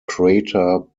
crater